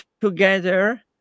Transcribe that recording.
together